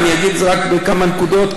אגיד את זה רק בכמה נקודות,